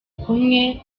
kumwe